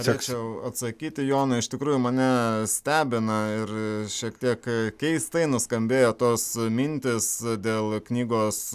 siekčiau atsakyti jonui iš tikrųjų mane stebina ir šiek tiek keistai nuskambėjo tas mintys dėl knygos